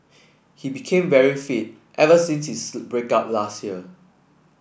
he became very fit ever since this break up last year